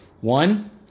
one